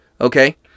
Okay